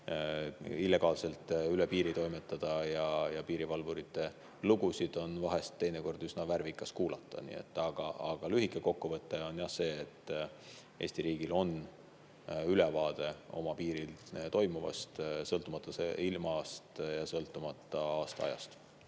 illegaalselt üle piiri toimetada. Piirivalvurite lugusid on teinekord üsna värvikas kuulata. Aga lühike kokkuvõte on see, et Eesti riigil on ülevaade oma piiril toimuvast, sõltumata ilmast ja sõltumata aastaajast.